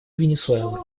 венесуэлы